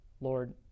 Lord